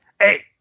Hey